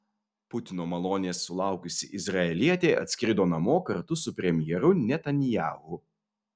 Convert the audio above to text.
putino malonės sulaukusi izraelietė atskrido namo kartu su premjeru netanyahu